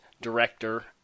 Director